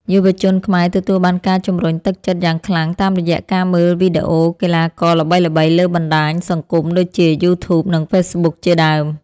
យុវជនខ្មែរទទួលបានការជំរុញទឹកចិត្តយ៉ាងខ្លាំងតាមរយៈការមើលវីដេអូកីឡាករល្បីៗលើបណ្ដាញសង្គមដូចជា យូធូប និងហ្វេសប៊ុក ជាដើម។